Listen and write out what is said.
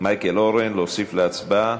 מייקל אורן, להוסיף להצבעה,